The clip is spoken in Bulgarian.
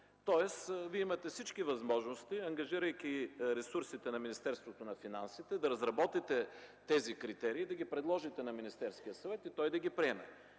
Тоест Вие имате всички възможности, ангажирайки ресурсите на Министерството на финансите, да разработите критериите и да ги предложите на Министерския съвет, и той да ги приеме.